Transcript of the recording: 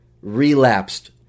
relapsed